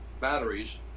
batteries